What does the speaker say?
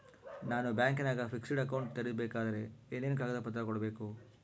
ನಾನು ಬ್ಯಾಂಕಿನಾಗ fixed account ತೆರಿಬೇಕಾದರೆ ಏನೇನು ಕಾಗದ ಪತ್ರ ಕೊಡ್ಬೇಕು?